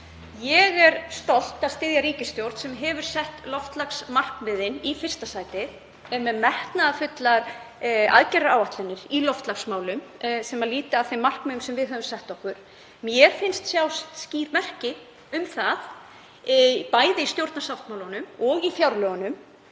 Ég er stolt af því að styðja ríkisstjórn sem hefur sett loftslagsmarkmiðin í fyrsta sæti, er með metnaðarfullar aðgerðaáætlanir í loftslagsmálum sem lúta að þeim markmiðum sem við höfum sett okkur. Mér finnst sjást skýr merki um það bæði í stjórnarsáttmálanum og í fjárlögunum.